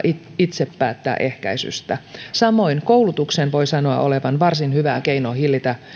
itse päättää ehkäisystään samoin koulutuksen voi sanoa olevan varsin hyvä keino hillitä